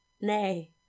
Nay